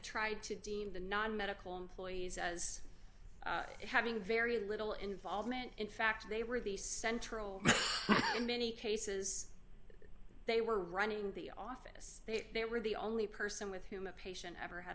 tried to deem the non medical employees as having very little involvement in fact they were the central in many cases they were running the office they were the only person with whom a patient ever had